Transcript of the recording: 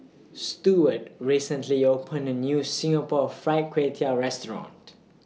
Stewart recently opened A New Singapore Fried Kway Tiao Restaurant